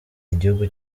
igihugu